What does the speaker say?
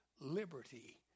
liberty